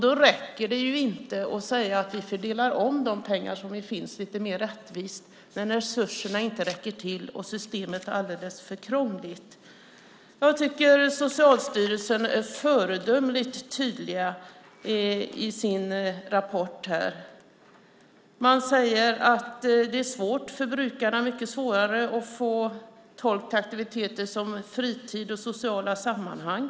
Det räcker inte att säga att vi fördelar om de pengar som finns lite mer rättvist när resurserna inte räcker till och systemet är alldeles för krångligt. Jag tycker att Socialstyrelsen är föredömligt tydlig i sin rapport när man säger att det är svårt för brukarna. Det är mycket svårare att få tolk till aktiviteter som fritid och sociala sammanhang.